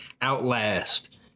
outlast